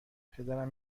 پدرم